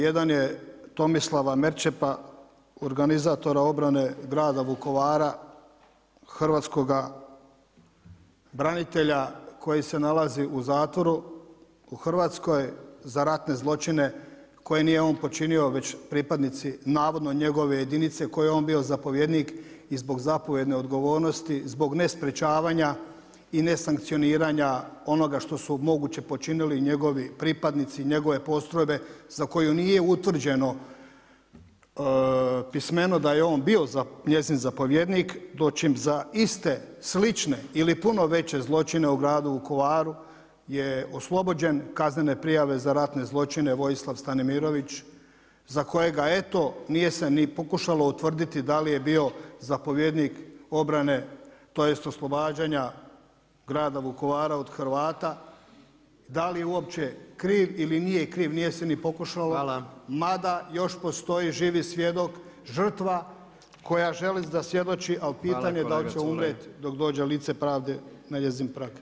Jedan je Tomislava Merčepa, organizatora obrane grada Vukovara, hrvatskoga branitelja, koji se nalazi u zatvoru u Hrvatskoj za ratne zločine koji nije on počinio već pripadnici, navodno njegove jedinice koje je on bio zapovjednik i zbog zapovjedne odgovornosti, zbog nesprečavanja i nesankcioniranja onoga što moguće počinili njegovi pripadnici njegove postrojbe za koju nije utvrđeno pismeno da je on bio njezin zapovjednik, dočim za iste, slične ili puno veće zločine u gradu Vukovaru je oslobođen kaznene prijave za ratne zločine Vojislav Stanimirović, za kojega eto, nije se ni pokušalo utvrditi da li je bio zapovjednik obrane tj. oslobađanja grada Vukovara od Hrvata, da li je uopće kriv ili nije kriv, nije se ni pokušalo, mada još postoji živi svjedok, žrtva koja želi da svjedoči ali pitanje da li će umrijeti do dođe pravde na njezin prag.